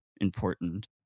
important